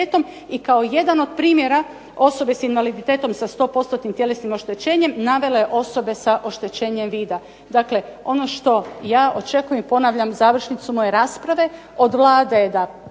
i kao jedan od primjera osobe s invaliditetom sa 100%-nim tjelesnim oštećenjem navela je osobe sa oštećenjem vida. Dakle, ono što ja očekujem i ponavljam završnicu moje rasprave od Vlade je da